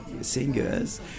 singers